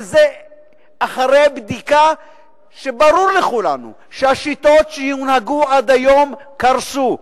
אבל אחרי בדיקה ברור לכולנו שהשיטות שהונהגו עד היום קרסו.